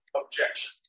objection